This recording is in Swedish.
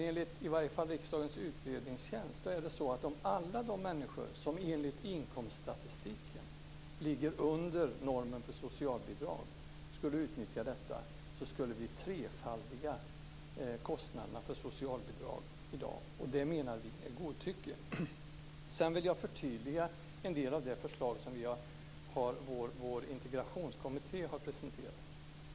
Enligt riksdagens utredningstjänst är det så att om alla människor som enligt inkomststatistiken ligger under normen för socialbidrag skulle utnyttja bidrag skulle vi trefaldiga kostnaderna för socialbidrag i dag. Det är godtycke. Jag vill förtydliga en del av det förslag som vår integrationskommitté har presenterat.